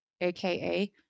aka